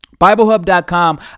BibleHub.com